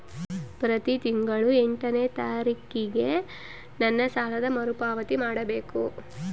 ಪ್ರತಿ ತಿಂಗಳು ಎಷ್ಟನೇ ತಾರೇಕಿಗೆ ನನ್ನ ಸಾಲದ ಮರುಪಾವತಿ ಮಾಡಬೇಕು?